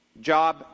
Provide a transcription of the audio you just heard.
job